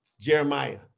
Jeremiah